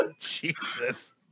Jesus